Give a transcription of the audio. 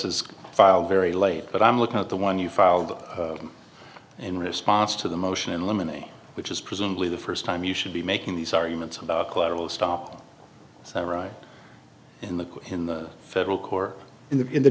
is filed very late but i'm looking at the one you filed in response to the motion in limine which is presumably the st time you should be making these arguments about collateral stop so right in the in the federal court in the in the